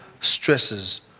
stresses